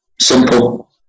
simple